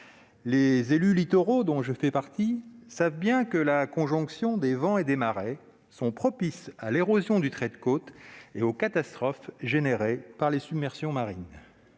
Les élus littoraux, dont je fais partie, savent bien que la conjonction des vents et des marées est propice à l'érosion du trait de côte et aux catastrophes engendrées par les submersions marines.